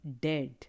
dead